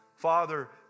Father